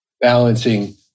balancing